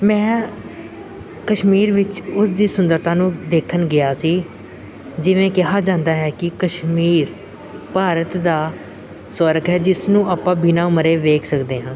ਮੈਂ ਕਸ਼ਮੀਰ ਵਿੱਚ ਉਸ ਦੀ ਸੁੰਦਰਤਾ ਨੂੰ ਦੇਖਣ ਗਿਆ ਸੀ ਜਿਵੇਂ ਕਿਹਾ ਜਾਂਦਾ ਹੈ ਕਿ ਕਸ਼ਮੀਰ ਭਾਰਤ ਦਾ ਸਵਰਗ ਹੈ ਜਿਸ ਨੂੰ ਆਪਾਂ ਬਿਨਾਂ ਮਰੇ ਵੇਖ ਸਕਦੇ ਹਾਂ